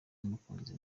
n’umukunzi